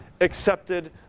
accepted